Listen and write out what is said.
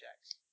checks